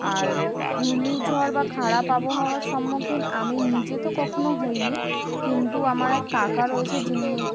আর ঘূর্ণিঝড় বা খারাপ আবহাওয়ার সম্মুখীন আমি নিজে তো কখনো হইনি কিন্তু আমার এক কাকা রয়েছে যিনি